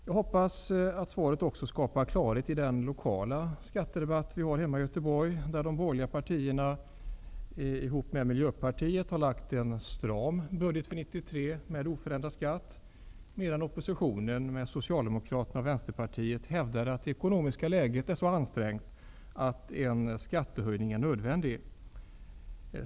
Jag hoppas att svaret även skapar klarhet i den lokala skattedebatt som förs hemma i Göteborg, där de borgerliga partierna ihop med miljöpartiet har lagt fram en stram budget för 1993 med oförändrad skatt, medan oppositionen med socialdemokraterna och vänsterpartiet hävdar att det ekonomiska läget är så ansträngt att en skattehöjning är nödvändig.